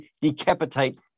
decapitate